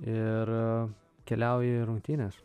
ir keliauji į rungtynes